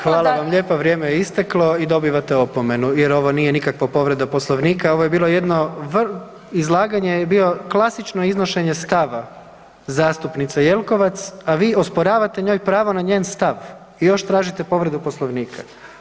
Hvala vam lijepa, vrijeme je isteklo i dobivate opomenu jer ovo nije nikakva povreda Poslovnika, ovo je bilo jedno, izlaganje je bilo klasično iznošenje stava zastupnice Jelkovac a vi osporavate njoj pravo na njen stav i još tražite povredu Poslovnika.